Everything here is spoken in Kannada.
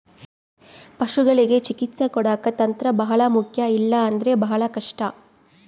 ಪಶುಗಳಿಗೆ ಚಿಕಿತ್ಸೆ ಕೊಡಾಕ ತಂತ್ರ ಬಹಳ ಮುಖ್ಯ ಇಲ್ಲ ಅಂದ್ರೆ ಬಹಳ ಕಷ್ಟ